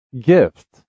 Gift